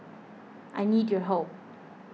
I need your help